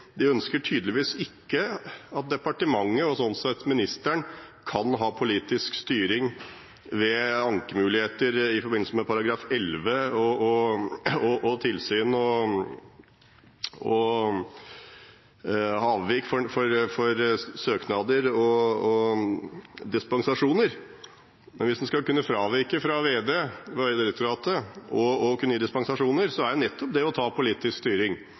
tydeligvis ikke ønsker at departementet og sånn sett ministeren kan ha politisk styring ved ankemuligheter i forbindelse med § 11 og tilsyn og avvik for søknader og dispensasjoner. Hvis en skal kunne fravike fra Vegdirektoratet og kunne gi dispensasjoner, er jo det nettopp å ta politisk styring.